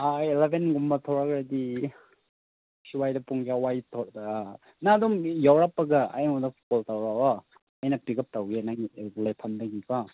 ꯑꯥ ꯑꯦꯂꯕꯦꯟꯒꯨꯝꯕ ꯊꯣꯛꯂꯛꯒꯗꯤ ꯁꯨꯋꯥꯏꯗ ꯄꯨꯡ ꯀꯌꯥꯋꯥꯏꯗ ꯑꯥ ꯅꯪ ꯑꯗꯨꯝ ꯌꯧꯔꯛꯄꯒ ꯑꯩꯉꯣꯟꯗ ꯀꯣꯜ ꯇꯧꯔꯛꯑꯣ ꯑꯩꯅ ꯄꯤꯛꯑꯞ ꯇꯧꯒꯦ ꯅꯪ ꯂꯩꯐꯝꯗꯒꯤ ꯀꯣ